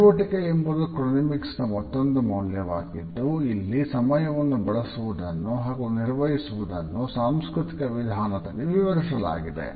ಚಟುವಟಿಕೆ ಎಂಬುದು ಕ್ರೋನೆಮಿಕ್ಸ್ ನ ಮತ್ತೊಂದು ಮೌಲ್ಯವಾಗಿದ್ದು ಇಲ್ಲಿ ಸಮಯವನ್ನು ಬಳಸುವುದನ್ನು ಹಾಗೂ ನಿರ್ವಹಿಸುವುದನ್ನು ಸಾಂಸ್ಕೃತಿಕ ವಿಧಾನದಲ್ಲಿ ವಿವರಿಸಲಾಗಿದೆ